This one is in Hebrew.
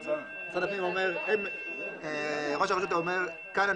משרד הפנים אומר שראש הרשות אומר שכאן הוא